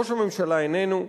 ראש הממשלה איננו,